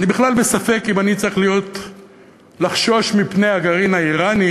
אני בכלל בספק אם אני צריך לחשוש מפני הגרעין האיראני,